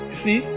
see